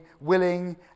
willing